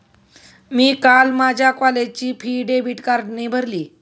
मी काल माझ्या कॉलेजची फी डेबिट कार्डने भरली